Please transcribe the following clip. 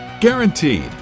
Guaranteed